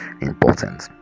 important